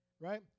right